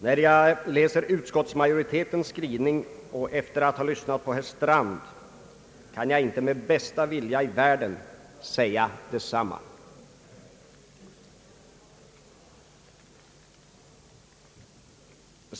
Efter att ha läst utskottsmajoritetens skrivning och lyssnat på herr Strand kan jag inte med bästa vilja i världen säga detsamma om utskottsmajoriteten och dess talesman, herr Strand.